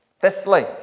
Fifthly